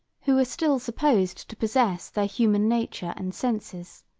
who were still supposed to possess their human nature and senses.